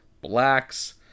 blacks